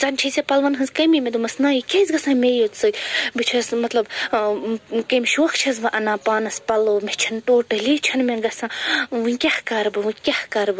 زَن چھیٚے ژےٚ پَلوَن ہنٛز کٔمی مےٚ دوٚپمَس نَہ یہِ کیٛازِ گژھان میٚے یوت سۭتۍ بہٕ چھیٚس مطلب ٲں کمہِ شوقہٕ چھیٚس بہٕ اَنان پانس پَلوٚو مےٚ چھَنہٕ ٹوٹلی چھَنہٕ مےٚ گژھان وۄنۍ کیٛاہ کَرٕ بہٕ وۄنۍ کیٛاہ کَرٕ بہٕ